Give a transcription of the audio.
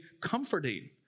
comforting